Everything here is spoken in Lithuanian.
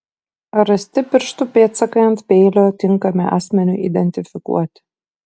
ar rasti pirštų pėdsakai ant peilio tinkami asmeniui identifikuoti